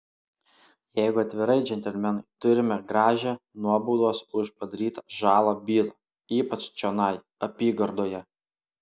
jeigu atvirai džentelmenai turime gražią nuobaudos už padarytą žalą bylą ypač čionai apygardoje